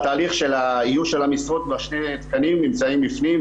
בתהליך האיוש של המשרות כבר שני תקנים נמצאים בפנים,